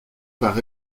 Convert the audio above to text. par